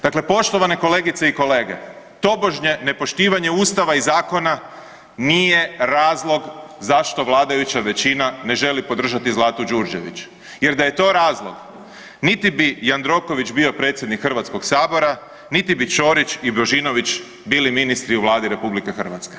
Dakle, poštovane kolegice i kolege, tobožnje nepoštivanje Ustava i zakona nije razlog zašto vladajuća većina ne želi podržati Zlatu Đurđević jer da je to razlog niti bi Jandroković bio predsjednik HS-a niti bi Ćorić i Božinović bili ministri u Vladu RH.